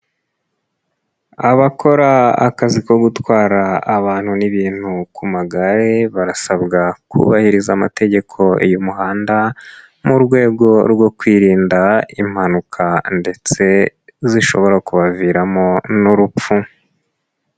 Abakora akazi ko gutwara abantu n'ibintu ku magare, barasabwa kubahiriza amategeko y'umuhanda, mu rwego rwo kwirinda impanuka ndetse zishobora kubaviramo n'urupfu.